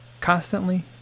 constantly